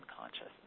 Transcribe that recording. consciousness